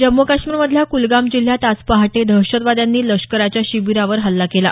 जम्मू काश्मीरमधल्या कुलगाम जिल्ह्यात आज पहाटे दहशतवाद्यांनी लष्कराच्या शिबिरावर हल्ला केला